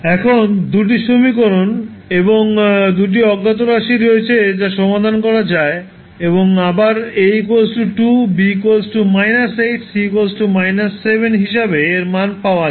এখন দুটি সমীকরণ এবং দুটি অজ্ঞাত রাশি রয়েছে যা সমাধান করা যায় এবং আবার A 2 B −8 C 7 হিসাবে এর মান পাওয়া যাবে